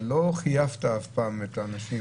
אבל לא חייבת אף פעם את האנשים.